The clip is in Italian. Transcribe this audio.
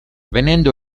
venendo